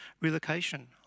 relocation